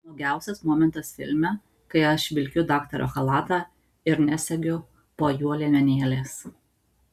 nuogiausias momentas filme kai aš vilkiu daktaro chalatą ir nesegiu po juo liemenėlės